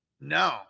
No